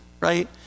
right